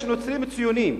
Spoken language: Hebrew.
יש נוצרים ציונים,